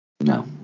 No